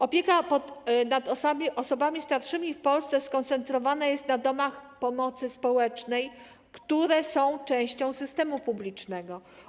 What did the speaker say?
Opieka nad osobami starszymi w Polsce skoncentrowana jest na domach pomocy społecznej, które są częścią systemu publicznego.